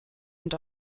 und